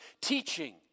teaching